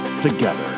together